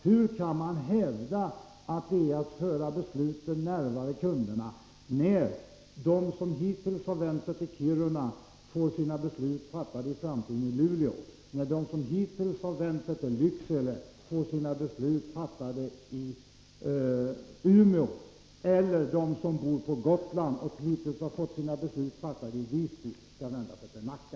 Hur kan man hävda att det är att föra besluten närmare kunderna, när de som hittills har vänt sig till Kiruna i framtiden får sina beslut fattade i Luleå, när de som hittills har vänt sig till Lycksele får sina beslut fattade i Umeå eller när de som bor på Gotland och hittills fått sina beslut fattade i Visby skall vända sig till Nacka?